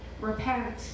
Repent